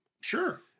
Sure